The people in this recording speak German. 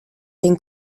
den